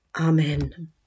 amen